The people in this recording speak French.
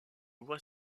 voie